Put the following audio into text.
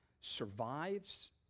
survives